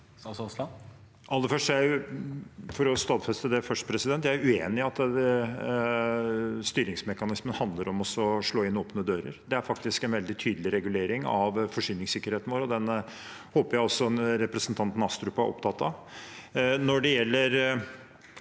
for å stadfeste det: Jeg er uenig i at den styringsmekanismen handler om å slå inn åpne dører. Det er faktisk en veldig tydelig regulering av forsyningssikkerheten vår, og den håper jeg også representanten Astrup er opptatt av.